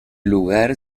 lugar